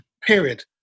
period